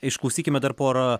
išklausykime dar porą